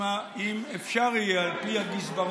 שאם אפשר יהיה על פי הגזברות,